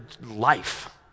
life